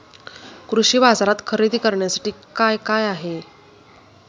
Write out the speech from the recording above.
कृषी बाजारात खरेदी करण्यासाठी काय काय आहे?